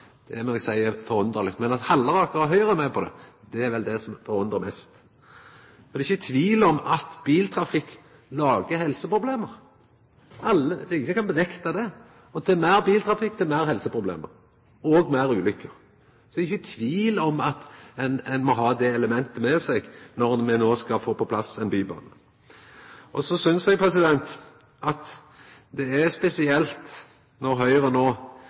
vinter, må eg seia er forunderleg. Men at Halleraker og Høgre er med på det, er vel det som forundrar meg mest. Det er ikkje tvil om at biltrafikk lagar helseproblem. Det er ingen som kan nekta for det. Jo meir biltrafikk, jo meir helseproblem – og fleire ulykker. Det er ikkje tvil om at ein må ha det elementet med seg når me no skal få på plass ein bybane. Så synest eg at det er spesielt når